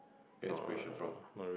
that's special form